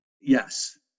Yes